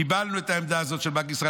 קיבלנו את העמדה הזאת של בנק ישראל,